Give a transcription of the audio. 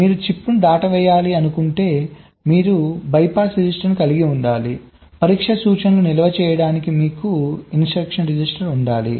మీరు చిప్ను దాటవేయాలనుకుంటే మీరు బైపాస్ రిజిస్టర్ కలిగి ఉండాలి పరీక్ష సూచనలను నిల్వ చేయడానికి మీకు ఇన్స్ట్రక్షన్ రిజిస్టర్ ఉండాలి